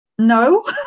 No